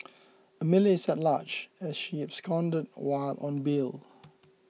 Amelia is at large as she absconded while on bail